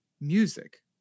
music